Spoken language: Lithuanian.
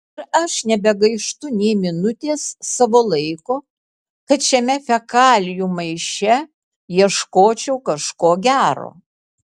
ir aš nebegaištu nė minutės savo laiko kad šiame fekalijų maiše ieškočiau kažko gero